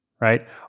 right